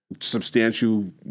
substantial